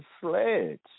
Sledge